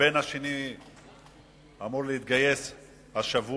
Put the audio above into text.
הבן השני אמור להתגייס השבוע,